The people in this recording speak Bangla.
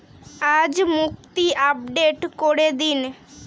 আজ মুক্তি আপডেট করে দিন